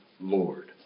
Lord